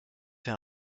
fait